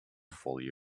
folly